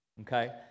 Okay